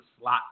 slot